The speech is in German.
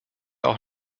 auch